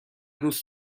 دوست